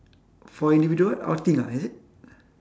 for individual what outing ah is it